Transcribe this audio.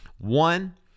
One